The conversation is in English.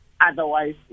Otherwise